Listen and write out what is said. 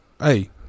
hey